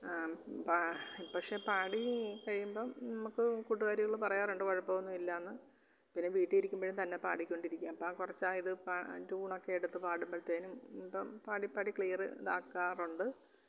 പ പക്ഷെ പാടി കഴിയുമ്പോൾ നമുക്ക് കൂട്ടുകാരികള് പറയാറുണ്ട് കുഴപ്പമൊന്നും ഇല്ല എന്ന് പിന്നെ വീട്ടിൽ ഇരിക്കുമ്പഴ് തന്നെ പാടിക്കൊണ്ടിരിക്കും അപ്പോൾ കുറച്ചായത് പാ ട്യൂൺ ഒക്കെ എടുത്ത് പാടുമ്പഴ്തേന്നും ഇപ്പം പാടി പാടി ക്ലിയറ് ഇതാക്കാറുണ്ട്